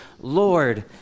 Lord